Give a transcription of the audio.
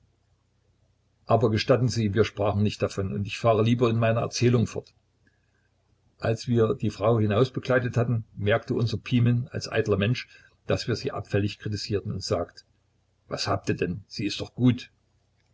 indes gestatten sie wir sprachen nicht davon und ich fahre lieber in meiner erzählung fort wie wir die frau hinausbegleitet haben merkt unser pimen als eitler mensch daß wir sie abfällig kritisieren und sagt was habt ihr denn sie ist doch gut